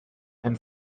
and